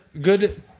Good